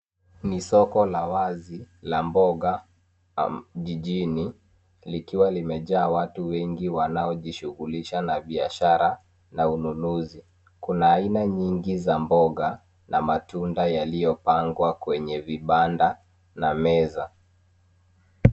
Ni soko la wazi la mboga jijini likiwa limejaa watu wengi wanaojishughulisha na biashara na ununuzi kuna aina nyingi za mboga na matunda yaliyopangwa kwenye vibanda na meza